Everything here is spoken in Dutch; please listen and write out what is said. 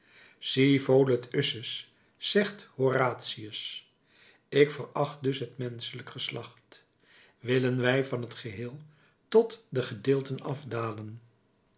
si volet usus zegt horatius ik veracht dus het menschelijk geslacht willen wij van het geheel tot de gedeelten afdalen